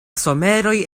someroj